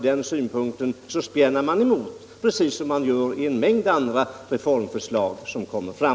Därför spjärnar man emot, precis som man gör i en mängd andra reformförslag som läggs fram.